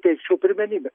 teikčiau pirmenybę